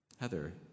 Heather